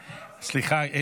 סליחה,